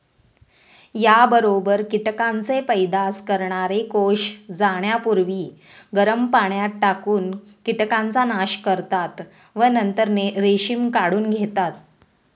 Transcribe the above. याबरोबर कीटकांचे पैदास करणारे कोष जाण्यापूर्वी गरम पाण्यात टाकून कीटकांचा नाश करतात व नंतर रेशीम काढून घेतात